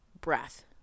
breath